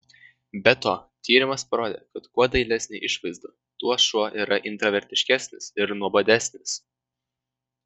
be to tyrimas parodė kad kuo dailesnė išvaizda tuo šuo yra intravertiškesnis ir nuobodesnis